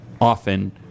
often